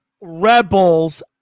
rebels